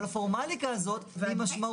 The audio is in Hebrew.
אבל הפורמליקה הזאת היא משמעותית.